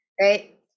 right